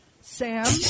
Sam